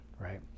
Right